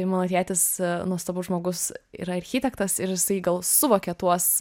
mano tėtis nuostabus žmogus yra architektas ir jisai gal suvokia tuos